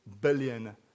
billion